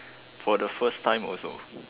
for the first time also